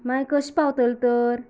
मागीर कशें पावतले तर